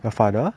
your father